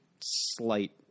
slight